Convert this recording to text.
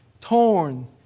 torn